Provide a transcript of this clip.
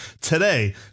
today